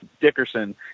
Dickerson